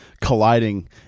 colliding